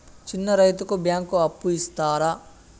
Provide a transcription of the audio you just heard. చిన్న రైతుకు బ్యాంకు అప్పు ఇస్తారా?